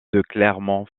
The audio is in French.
clermont